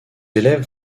élèves